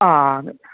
हां